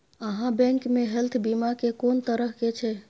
आहाँ बैंक मे हेल्थ बीमा के कोन तरह के छै?